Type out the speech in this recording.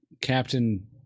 Captain